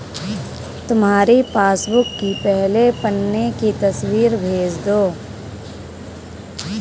तुम्हारी पासबुक की पहले पन्ने की तस्वीर भेज दो